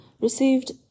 received